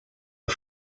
are